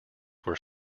were